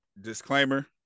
Disclaimer